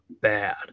bad